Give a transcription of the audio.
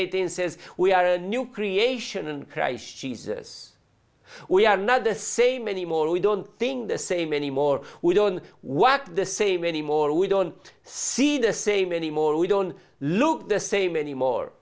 eighteen says we are a new creation in christ jesus we are not the same anymore we don't thing the same anymore we don't walk the same anymore we don't see the same anymore we don't look the same anymore